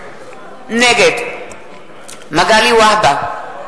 נגד מגלי והבה,